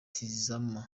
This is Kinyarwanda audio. tizama